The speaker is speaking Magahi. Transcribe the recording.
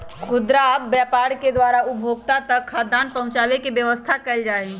खुदरा व्यापार के द्वारा उपभोक्तावन तक खाद्यान्न पहुंचावे के व्यवस्था कइल जाहई